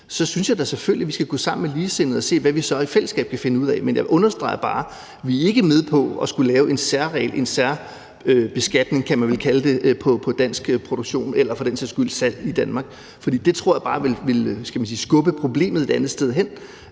synes jeg da selvfølgelig, vi skal gå sammen med ligesindede og se, hvad vi så i fællesskab kan finde ud af. Men jeg understreger bare, at vi ikke er med på at skulle lave en særregel – en særbeskatning, kan man vel kalde det – på dansk produktion eller for den sags skyld salg i Danmark, for det tror jeg bare ville skubbe problemet et andet sted hen,